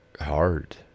hard